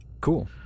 Cool